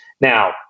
Now